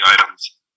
items